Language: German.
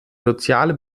soziale